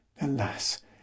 Alas